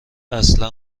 اصلا